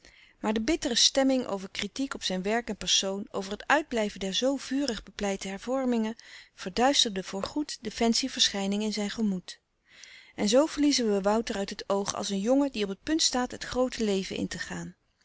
maar de bittere stemming over kritiek op zijn werk en persoon over het uitblijven der zoo vurig bepleite hervormingen verduisterden voorgoed de fancy verschijning in zijn gemoed en zoo verliezen we wouter uit het oog als een jongen die op het punt staat het groote leven in te gaan